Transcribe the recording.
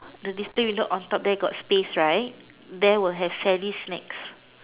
the display window on top there got space right there will have Sally's snacks